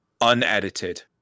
unedited